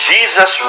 Jesus